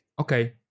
Okay